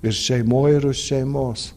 ir šeimoj ir už šeimos